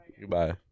goodbye